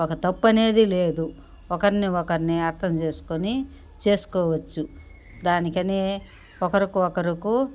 ఒక తప్పు అనేది లేదు ఒకరిని ఒకరిని అర్తం చేసుకొని చేసుకోవచ్చు దానికని ఒకరికి ఒకరకు